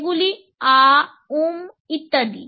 সেইগুলি আআআ' 'উম ইত্যাদি